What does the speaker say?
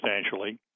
substantially